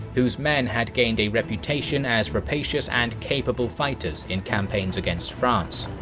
whose men had gained a reputation as rapacious and capable fighters in campaigns against france.